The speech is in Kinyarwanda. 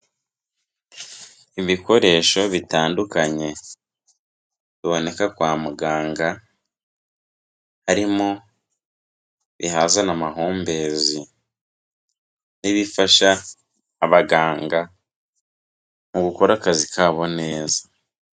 Ibikoresho bitandukanye, biboneka kwa muganga, harimo ibihazana amahumbezi, n'ibifasha abaganga, mu gukora akazi kabo neza.